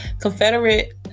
Confederate